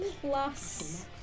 Plus